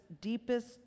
deepest